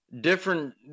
different